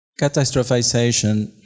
Catastrophization